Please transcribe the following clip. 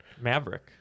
Maverick